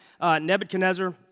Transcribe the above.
Nebuchadnezzar